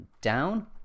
down